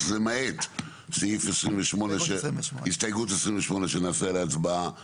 למעט סעיף 28 הסתייגות 28 שנעשה על ההצבעה מיוחדת.